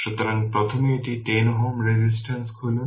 সুতরাং প্রথমে এটি 10 Ω রেজিস্টেন্স খুলুন